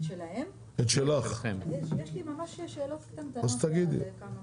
יש לי ממש שאלות קטנטנות על כמה דברים.